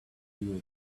you